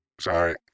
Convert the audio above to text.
Sorry